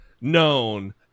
known